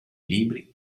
libri